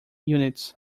units